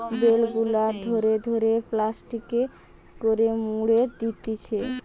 bell গুলা ধরে ধরে প্লাস্টিকে করে মুড়ে দিচ্ছে